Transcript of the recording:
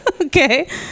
okay